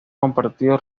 compartido